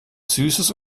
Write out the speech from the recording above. süßes